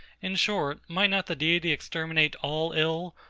in short, might not the deity exterminate all ill,